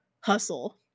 hustle